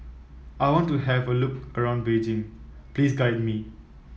I want to have a look around Beijing Please guide me